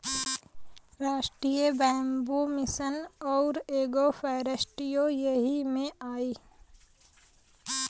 राष्ट्रीय bamboo mission आउर agro फ़ोरेस्ट्रीओ यही में आई